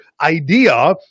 idea